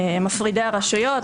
מפרידי הרשויות,